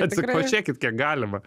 atsikvošėkit kiek galima